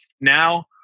now